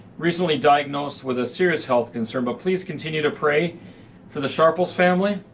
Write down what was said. recently diagnosed with a serious health concern but please continue to pray for the sharples family.